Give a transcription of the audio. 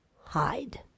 hide